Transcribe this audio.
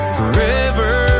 forever